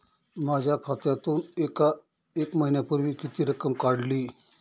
माझ्या खात्यातून एक महिन्यापूर्वी किती रक्कम काढली?